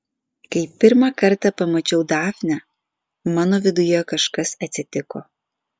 kai pirmą kartą pamačiau dafnę mano viduje kažkas atsitiko